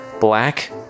black